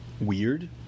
weird